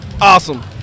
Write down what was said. Awesome